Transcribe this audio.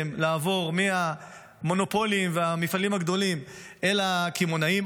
לעבור מהמונופולים והמפעלים הגדולים אל הקמעונאים,